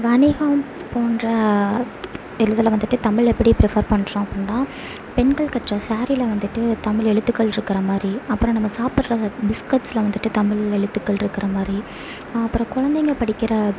வணிகம் போன்ற வந்துட்டு தமிழ் எப்படி ப்ரிஃபர் பண்ணுறோம் அப்படினா பெண்கள் கட்டுற சேரீல வந்துட்டு தமிழ் எழுத்துக்கள் இருக்கிறமாதிரி அப்பறம் நம்ம சாப்பிட்ற பிஸ்கட்ஸ்ல வந்துட்டு தமிழ் எழுத்துக்கள் இருக்கிற மாதிரி அப்பறம் குழந்தைங்க படிக்கிற